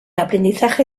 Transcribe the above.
aprendizaje